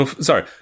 Sorry